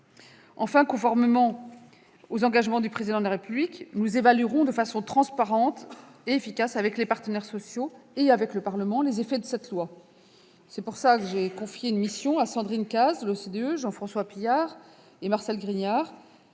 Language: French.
Enfin, conformément aux engagements du Président de la République, nous évaluerons, de façon transparente et efficace, avec les partenaires sociaux et le Parlement les effets de cette loi. J'ai en ce sens confié une mission à Sandrine Cazes, de l'OCDE, ainsi qu'à Jean-François Pilliard et Marcel Grignard-